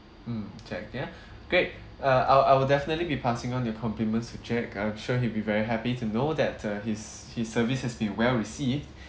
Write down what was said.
mm jack ya great uh I'll I will definitely be passing on your compliments to jack I'm sure he'll be very happy to know that uh his his service has been well received